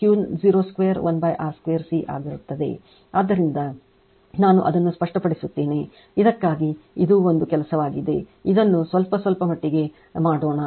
ಆದ್ದರಿಂದ ನಾನು ಅದನ್ನು ಸ್ಪಷ್ಟಪಡಿಸುತ್ತೇನೆ ಇದಕ್ಕಾಗಿ ಇದು ಒಂದು ಕೆಲಸವಾಗಿದೆ ಇದನ್ನು ಸ್ವಲ್ಪಮಟ್ಟಿಗೆ ಮಾಡೋಣ